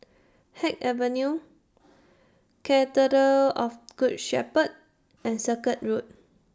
Haig Avenue Cathedral of Good Shepherd and Circuit Road